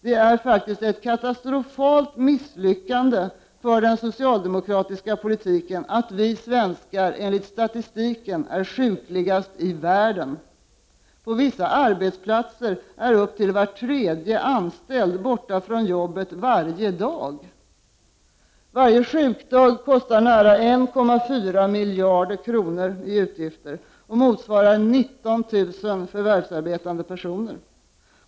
Det är faktiskt ett katastrofalt misslyckande för den socialdemokratiska politiken att vi svenskar enligt statistiken är sjukligast i världen. På vissa arbetsplatser är upp till var tredje anställd borta från jobbet varje dag! Varje sjukdag kostar nästan 1,4 miljarder kronor i utgifter och motsvarar 19 000 förvärvsarbetande personer.